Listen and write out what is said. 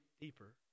deeper